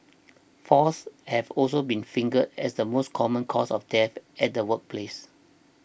falls have also been fingered as the most common cause of deaths at the workplace